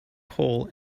coal